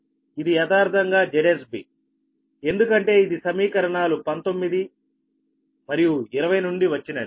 ఇది యదార్థంగా ZsBఎందుకంటే ఇది సమీకరణాలు 19 మరియు 20 నుండి వచ్చినది